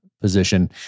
position